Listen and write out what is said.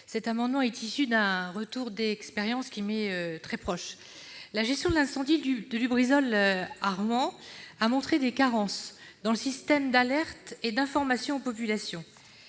Cet amendement est issu d'un retour d'expérience personnel. La gestion de l'incendie de l'usine Lubrizol à Rouen a montré les carences du système d'alerte et d'information aux populations,